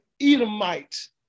Edomite